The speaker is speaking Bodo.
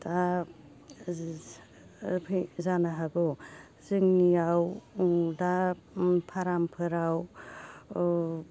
दा जानो हागौ जोंनियाव नुदा फार्मफोराव ओ